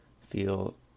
feel